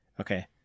Okay